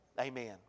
Amen